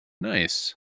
nice